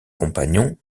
compagnons